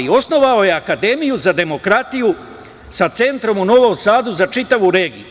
Osnovao je Akademiju za demokratiju sa centrom u Novom Sadu za čitavu regiju.